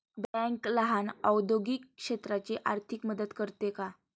Bank लहान औद्योगिक क्षेत्राची आर्थिक मदत करते का?